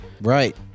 Right